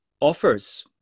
offers